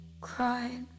cried